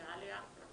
נראה לי אחלה.